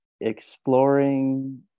exploring